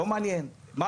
לא מעניין?